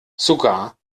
sogar